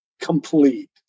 complete